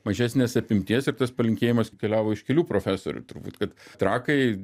mažesnės apimties ir tas palinkėjimas keliavo iš kelių profesorių turbūt kad trakai